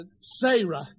Sarah